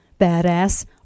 Badass